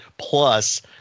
Plus